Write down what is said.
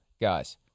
Guys